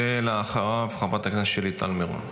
בבקשה, ואחריו, חברת הכנסת שלי טל מירון.